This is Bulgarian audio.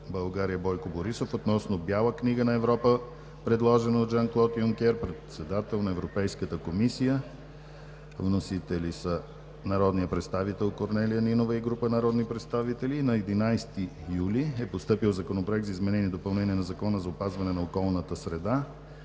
България Бойко Борисов относно Бяла книга на Европа, предложена от Жан Клод Юнкер – председател на Европейската комисия. Вносители са народният представител Корнелия Нинова и група народни представители. На 11 юли е постъпил Законопроект за изменение и допълнение на Закона за опазване на околната среда